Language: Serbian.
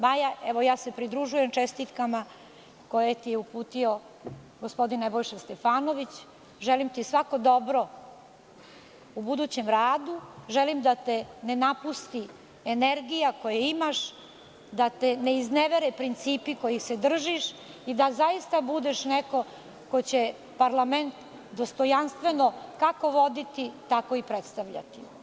Majo, evo ja se pridružujem čestitkama koje ti je uputio gospodin Nebojša Stefanović, želim ti svako dobro u budućem radu, želim da te ne napusti energija koju imaš, da te ne iznevere principi kojih se držiš i da zaista budeš neko ko će parlament dostojanstveno kako voditi, tako i predstavljati.